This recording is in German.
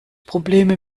probleme